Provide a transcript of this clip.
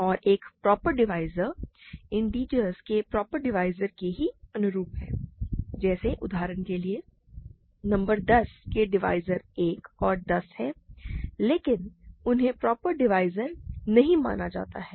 और एक proper divisor पूर्णांक के प्रॉपर डिवाइज़र के ही अनुरूप है जैसे उदाहरण के लिए संख्या 10 के डिवाइज़र 1 और 10 हैं लेकिन उन्हें प्रॉपर डिवाइज़र नहीं माना जाता है